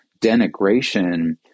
denigration